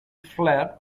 flat